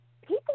people